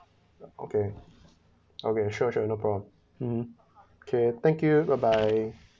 okay okay sure sure no problem mmhmm okay thank you bye bye